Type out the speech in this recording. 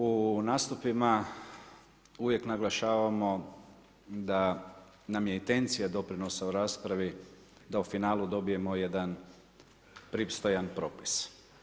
U ovim nastupima uvijek naglašavamo da nam je intencija doprinosa u raspravi da u finalu dobijemo jedan pristojan propis.